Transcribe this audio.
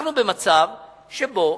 אנחנו במצב שבו,